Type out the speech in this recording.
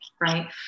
right